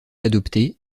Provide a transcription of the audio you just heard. adopté